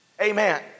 Amen